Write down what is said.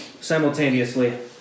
simultaneously